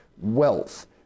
wealth